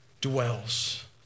dwells